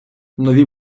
нові